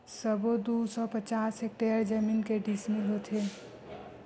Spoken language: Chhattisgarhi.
सबो दू सौ पचास हेक्टेयर जमीन के डिसमिल होथे?